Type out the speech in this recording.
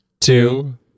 two